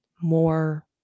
more